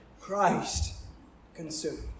Christ-consumed